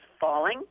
falling